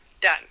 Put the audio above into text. done